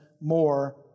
more